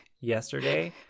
yesterday